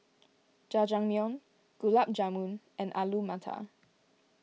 Jajangmyeon Gulab Jamun and Alu Matar